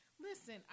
Listen